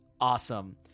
awesome